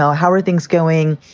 how how are things going?